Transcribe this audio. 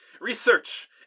Research